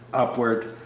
upward,